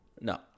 No